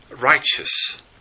righteous